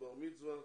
בר מצווה,